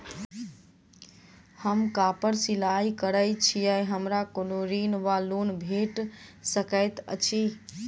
हम कापड़ सिलाई करै छीयै हमरा कोनो ऋण वा लोन भेट सकैत अछि?